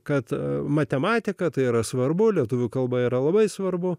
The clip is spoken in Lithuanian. kad matematika yra svarbu lietuvių kalba yra labai svarbu